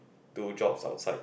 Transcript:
do jobs outside